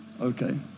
Okay